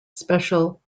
special